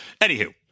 anywho